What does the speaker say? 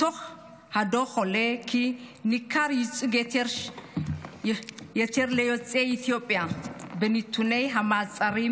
מתוך הדוח עולה כי ניכר ייצוג יתר ליוצאי אתיופיה בנתוני המעצרים,